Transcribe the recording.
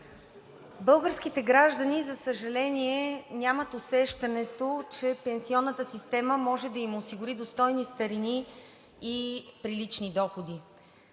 Българските граждани, за съжаление, нямат усещането, че пенсионната система може да им осигури достойни старини и прилични доходи.